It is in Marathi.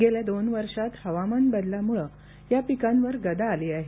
गेल्या दोन वर्षात हवामान बदलांमुळे या पिकांवर गदा आली आहे